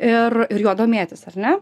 ir ir juo domėtis ar ne